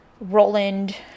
Roland